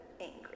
angry